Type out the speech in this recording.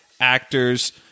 actors